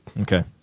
Okay